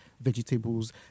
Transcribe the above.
vegetables